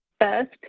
First